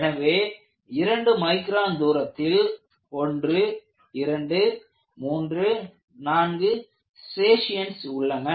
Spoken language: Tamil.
எனவே இரண்டு மைக்ரான் தூரத்தில் 1234 ஸ்ட்ரியேஷன்ஸ் உள்ளன